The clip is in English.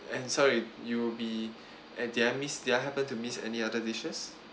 and sorry you'll be and did I miss did I happen to miss any other dishes